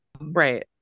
right